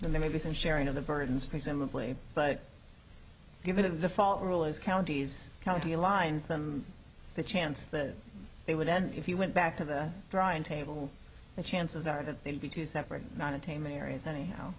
maybe some sharing of the burdens presumably but given a default rule as counties county lines them the chance that they would end if you went back to the drawing table and chances are that they would be two separate not ataman areas anyhow